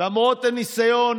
למרות הניסיון